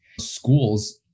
schools